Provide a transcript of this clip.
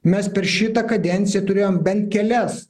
mes per šitą kadenciją turėjom bent kelias